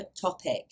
topic